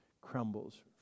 crumbles